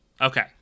Okay